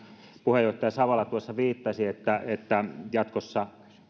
puheenjohtaja savola tuossa viittasi siihen että jatkossa